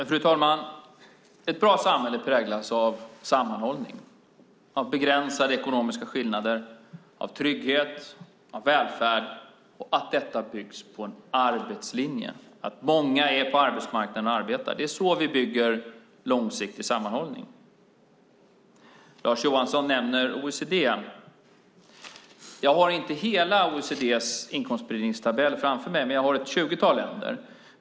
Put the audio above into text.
Fru talman! Ett bra samhälle präglas av sammanhållning, begränsade ekonomiska skillnader, trygghet, välfärd och att detta byggs på en arbetslinje, det vill säga att många är på arbetsmarknaden och arbetar. Det är så vi bygger långsiktig sammanhållning. Lars Johansson nämner OECD. Jag har inte hela OECD:s inkomstspridningstabell framför mig, men jag har ett tjugotal länder.